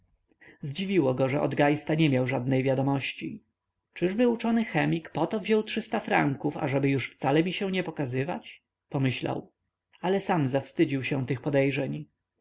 zdziwiło go że od geista nie miał żadnej wiadomości czyby uczony chemik poto wziął franków ażeby już wcale mi się nie pokazywać pomyślał ale sam zawstydził się tych podejrzeń